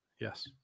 Yes